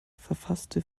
verfasste